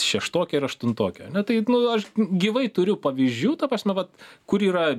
šeštokę ir aštuntokę ane tai nu aš gyvai turiu pavyzdžių ta prasme vat kur yra